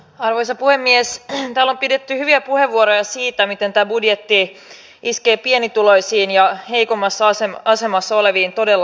arvoisa puhemies gal on pidetty hyviä erityisen ongelmallisia olivat hallituksen esitykset etsivän nuorisotyön ja heikommassa asema asemassa oleviin todella